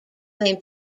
name